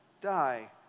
die